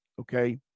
okay